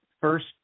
first